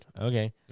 Okay